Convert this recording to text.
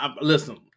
Listen